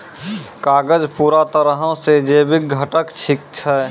कागज पूरा तरहो से जैविक घटक छै